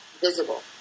visible